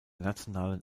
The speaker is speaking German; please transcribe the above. nationalen